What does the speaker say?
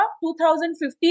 2015